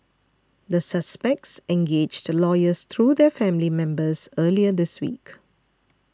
the suspects engaged lawyers through their family members earlier this week